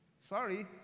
Sorry